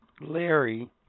Larry